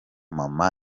mama